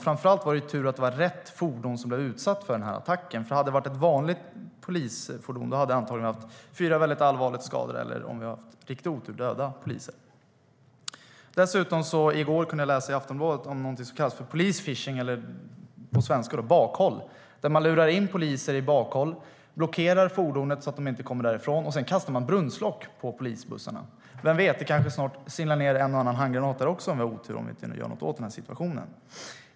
Det var tur att det var rätt sorts fordon som blev utsatt för attacken, för hade det varit ett vanligt polisfordon hade vi antagligen haft fyra väldigt allvarligt skadade eller, om vi hade haft riktig otur, döda poliser. I går kunde jag läsa i Aftonbladet om något som kallas "polisfishing". Man lurar in poliser i bakhåll, blockerar fordonet så att det inte går att komma därifrån och kastar sedan brunnslock på polisfordonet. Vem vet, det kanske snart singlar ned en eller annan handgranat där också om vi inte gör något åt situationen.